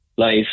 life